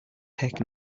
heck